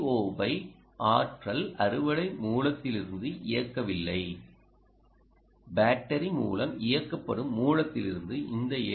ஓவை ஆற்றல் அறுவடை மூலத்திலிருந்து இயக்கவில்லை பேட்டரி மூலம் இயக்கப்படும் மூலத்திலிருந்து இந்த எல்